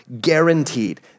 guaranteed